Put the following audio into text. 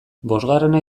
bosgarrena